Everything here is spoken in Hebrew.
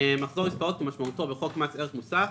מחזור עסקאות כמשמעותו בחוק מס ערך מוסף,